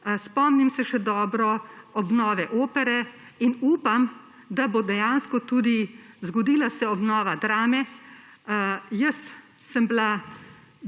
Spomnim se še dobro obnove Opere in upam, da se bo dejansko tudi zgodila obnova Drame. Jaz sem bila